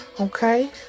okay